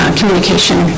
communication